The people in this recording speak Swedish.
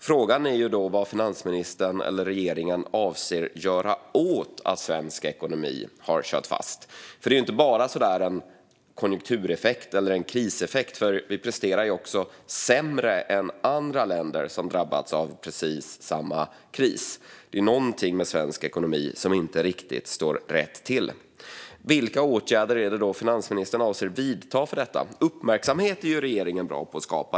Frågan är vad finansministern eller regeringen avser att göra åt att svensk ekonomi har kört fast. Detta är ju inte bara en konjunktureffekt eller en kriseffekt, utan vi i Sverige presterar också sämre än andra länder som drabbats av precis samma kris. Det är någonting med svensk ekonomi som inte riktigt står rätt till. Vilka åtgärder avser då finansministern att vidta för detta? Uppmärksamhet är ju regeringen bra på att skapa.